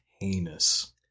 heinous